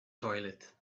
toilet